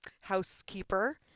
housekeeper